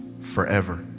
forever